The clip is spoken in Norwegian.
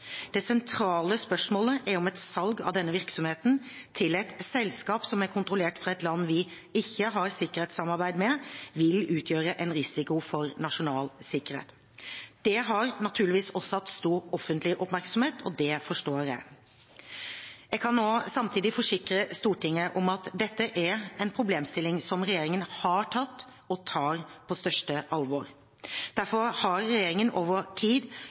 Det sentrale spørsmålet er om et salg av denne virksomheten til et selskap som er kontrollert fra et land vi ikke har sikkerhetssamarbeid med, vil utgjøre en risiko for nasjonal sikkerhet. Det har naturligvis også hatt stor offentlig oppmerksomhet, og det forstår jeg. Jeg kan samtidig forsikre Stortinget om at dette er en problemstilling som regjeringen har tatt – og tar – på største alvor. Derfor har regjeringen over tid